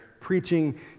preaching